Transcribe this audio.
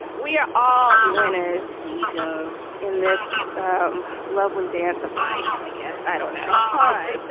we are all winners. there you go in this um lovely dance of life, i guess i don't know. all right.